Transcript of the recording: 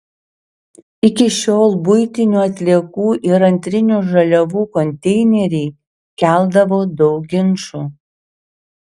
iki šiol buitinių atliekų ir antrinių žaliavų konteineriai keldavo daug ginčų